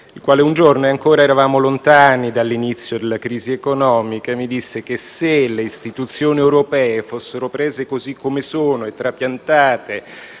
il quale un giorno (ancora eravamo lontani dall'inizio della crisi economica) mi disse che se le istituzioni europee fossero state prese così come erano e trapiantate